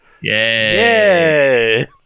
yay